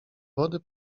wody